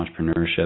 entrepreneurship